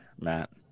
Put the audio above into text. Matt